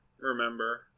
remember